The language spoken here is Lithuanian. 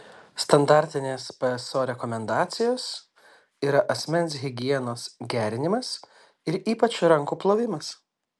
standartinės pso rekomendacijos yra asmens higienos gerinimas ir ypač rankų plovimas